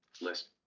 List